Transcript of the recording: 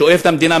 שאוהב את המדינה,